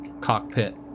cockpit